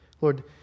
Lord